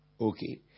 Okay